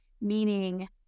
meaning